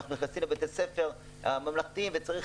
אנחנו נכנסים לבתי הספר הממלכתיים וצריך